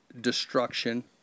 destruction